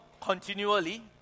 continually